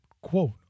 quote